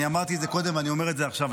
אני אמרתי את זה קודם ואני אומר את זה עכשיו,